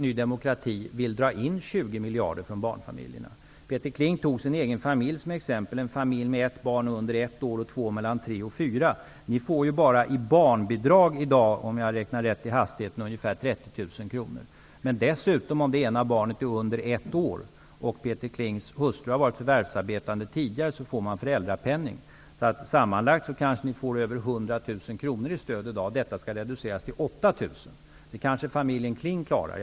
Ny demokrati vill dra in 20 miljarder från barnfamiljerna. Peter Kling tog sin egen familj som exempel -- en familj med ett barn under ett års ålder och två barn mellan tre och fyra års ålder. Ni får enbart i barnbidrag i dag, om jag har räknat rätt i hastigheten, ca 30 000 kr. Om dessutom ett barn är under ett år och Peter Klings hustru tidigare har varit förvärvsarbetande får ni föräldrapenning. Sammanlagt kanske ni får över 100 000 kr i stöd i dag. Detta skall reduceras till 8 000 kr. Det kanske familjen Kling klarar.